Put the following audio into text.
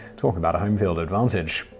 talk about home field advantage.